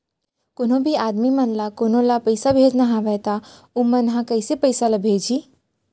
कोन्हों भी आदमी मन ला कोनो ला पइसा भेजना हवय त उ मन ह कइसे पइसा ला भेजही?